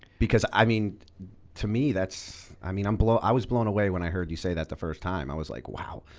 because, i mean to me, that's. i mean um i was blown away when i heard you say that the first time. i was like, wow.